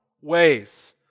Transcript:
ways